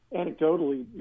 anecdotally